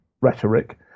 rhetoric